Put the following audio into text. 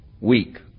weak